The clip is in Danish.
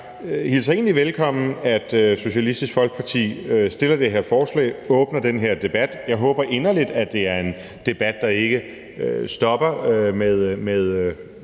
hilser egentlig velkommen, at Socialistisk Folkeparti fremsætter det her forslag og åbner den her debat. Jeg håber inderligt, at det er en debat, der ikke stopper med